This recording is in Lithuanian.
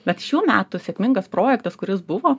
bet šių metų sėkmingas projektas kuris buvo